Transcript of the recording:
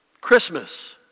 Christmas